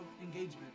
engagement